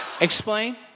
Explain